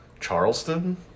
Charleston